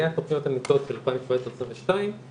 היה את תכנית המיטות של 2022-2017 כשב-2019